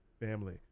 family